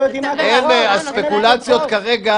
הספקולציות כרגע